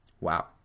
Wow